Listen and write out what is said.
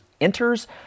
enters